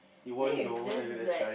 then you just like